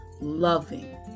Loving